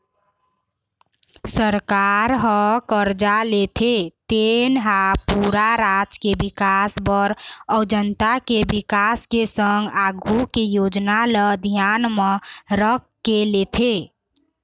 सरकार ह करजा लेथे तेन हा पूरा राज के बिकास बर अउ जनता के बिकास के संग आघु के योजना ल धियान म रखके लेथे